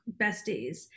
besties